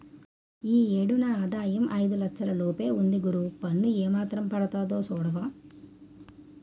ఈ ఏడు నా ఆదాయం ఐదు లచ్చల లోపే ఉంది గురూ పన్ను ఏమాత్రం పడతాదో సూడవా